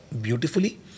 beautifully